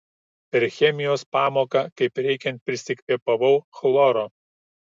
per chemijos pamoką kaip reikiant prisikvėpavau chloro